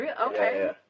Okay